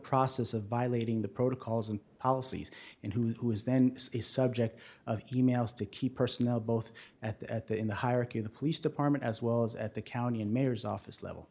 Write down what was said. process of violating the protocols and policies and who is then the subject of e mails to keep personnel both at the in the hierarchy of the police department as well as at the county and mayor's office level